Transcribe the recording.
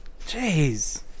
Jeez